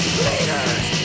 Leaders